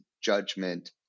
judgment